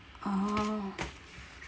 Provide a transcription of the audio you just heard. oh